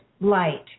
light